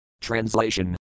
Translation